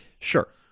Sure